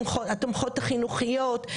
התומכות החינוכיות,